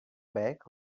back